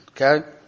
Okay